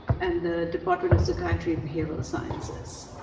and the department of psychiatry and behavioral sciences.